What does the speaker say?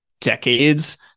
decades